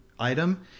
item